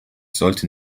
sollte